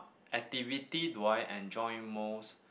activity do I enjoy most